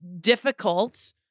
difficult